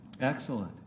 Excellent